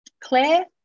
Claire